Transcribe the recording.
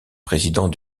président